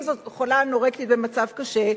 אם זו חולה אנורקטית במצב קשה.